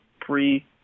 pre